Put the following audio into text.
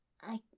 I-